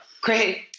Great